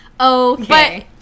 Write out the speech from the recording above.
Okay